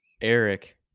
Eric